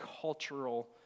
cultural